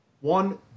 one